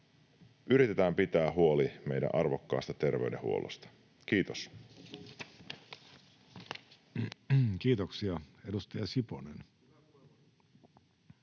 yritetään pitää huoli meidän arvokkaasta terveydenhuollosta. — Kiitos. [Speech